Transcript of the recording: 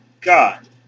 God